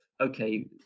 okay